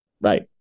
Right